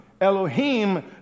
Elohim